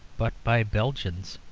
but by belgians.